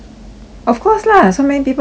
of course lah so many people died eh